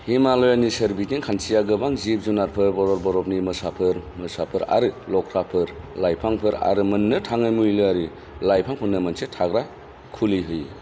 हिमालयनि सोरबिथिं खान्थिया गोबां जिब जुनारफोर भरल बरफनि मोसाफोर मोसाफोर आरो लख्राफोर लाइफांफोर आरो मोननो थाङि मुलियारि लाइफांफोरनो मोनसे थाग्रा खुलि होयो